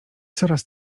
coraz